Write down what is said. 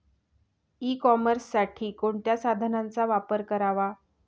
E कॉमर्ससाठी कोणत्या साधनांचा वापर करावा?